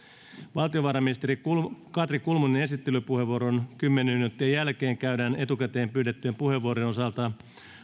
valtiovarainministeri katri kulmunin esittelypuheenvuoron kymmenen minuuttia jälkeen keskustelu käydään etukäteen pyydettyjen puheenvuorojen osalta